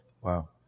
Wow